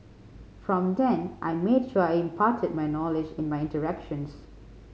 from then I made sure I imparted my knowledge in my interactions